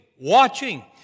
watching